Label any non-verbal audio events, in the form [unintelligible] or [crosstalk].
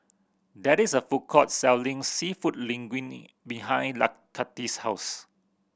there is a food court selling Seafood Linguine behind [unintelligible] Kathie's house